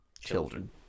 children